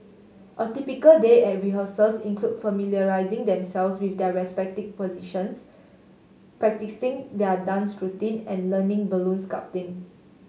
a typical day at rehearsals include familiarising themselves with their respective positions practising their dance routine and learning balloon sculpting